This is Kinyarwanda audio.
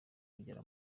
kugera